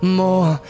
more